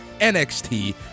NXT